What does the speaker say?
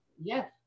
Yes